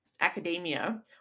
academia